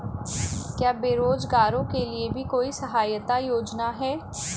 क्या बेरोजगारों के लिए भी कोई सहायता योजना है?